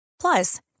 Plus